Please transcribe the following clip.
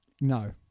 No